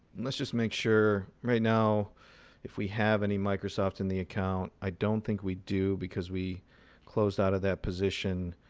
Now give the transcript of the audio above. let's just make sure right now if we have any microsoft in the account. i don't think we do, because we closed out of that position.